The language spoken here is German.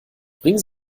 bringen